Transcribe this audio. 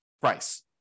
price